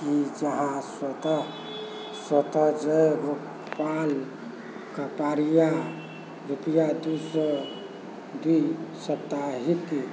की जहाँ स्वतः स्वतः जयगोपाल कपाड़िया रुपैआ दू सओ द्वि साप्ताहिक